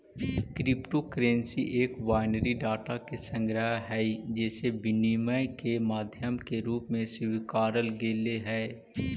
crypto currency एक binary data के संग्रह हइ जेसे विनिमय के माध्यम के रूप में स्वीकारल गेले हइ